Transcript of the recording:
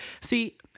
see